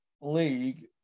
league